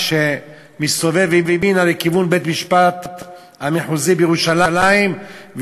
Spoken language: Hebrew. כשהוא מסתובב ימינה לכיוון בית-משפט המחוזי בירושלים,